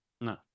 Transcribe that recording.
No